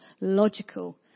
logical